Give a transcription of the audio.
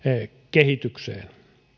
kehitykseen